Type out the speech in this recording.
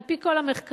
על-פי כל המחקרים,